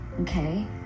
Okay